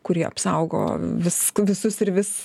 kuri apsaugo visk visus ir vis